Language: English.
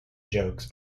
jokes